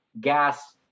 gas